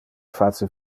face